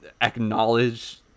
acknowledge